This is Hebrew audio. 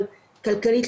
אבל כלכלית,